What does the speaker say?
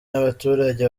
n’abaturage